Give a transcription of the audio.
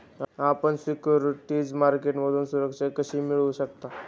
आपण सिक्युरिटीज मार्केटमधून सुरक्षा कशी मिळवू शकता?